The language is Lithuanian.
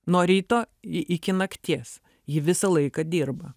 nuo ryto i iki nakties ji visą laiką dirba